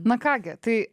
na ką gi tai